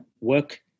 work